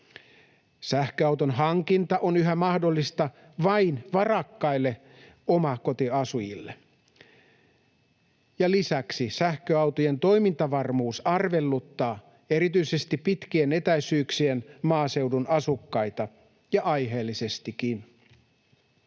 sähköauton hankinta on yhä mahdollista vain varakkaille omakotiasujille. Lisäksi sähköautojen toimintavarmuus arveluttaa erityisesti pitkien etäisyyksien maaseudun asukkaita, ja aiheellisestikin.